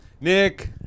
Nick